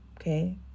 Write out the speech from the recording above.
Okay